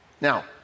Now